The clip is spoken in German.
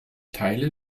teile